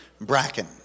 Bracken